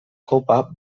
kopa